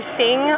sing